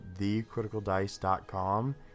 thecriticaldice.com